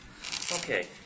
Okay